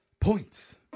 Points